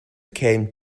came